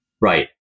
Right